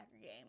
game